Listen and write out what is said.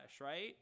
right